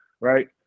right